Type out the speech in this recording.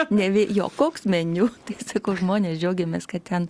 nevei jo koks meniu tai sakau žmonės džiaugiamės kad ten